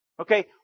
Okay